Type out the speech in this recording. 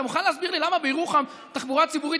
אתה מוכן להסביר לי למה בירוחם תחבורה ציבורית